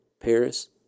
Paris